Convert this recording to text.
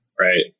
right